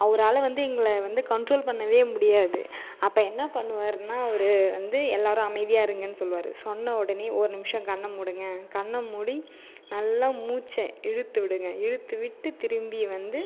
அவரால வந்து எங்களை வந்து கன்ட்ரோல் பண்ணவே முடியாது அப்போ என்ன பண்ணுவாருனா அவர் வந்து எல்லோரும் அமைதியாக இருங்கன்னு சொல்லுவாரு சொன்ன உடனே ஒரு நிமஷம் கண்ண மூடுங்க கண்ண மூடி நல்லா மூச்சை இழுத்து விடுங்க இழுத்து விட்டு திரும்பி வந்து